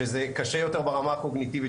שזה קשה יותר ברמה הקוגניטיבית,